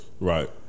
Right